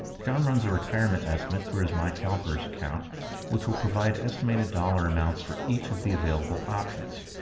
john runs a retirement estimate through his mycalpers account which will provide estimated dollar amounts for each of the available options.